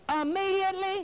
immediately